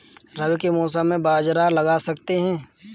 रवि के मौसम में बाजरा लगा सकते हैं?